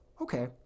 okay